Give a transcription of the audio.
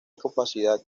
capacidad